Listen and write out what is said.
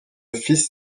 fils